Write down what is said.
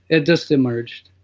it just emerged.